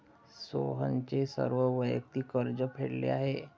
सोहनने सर्व वैयक्तिक कर्ज फेडले आहे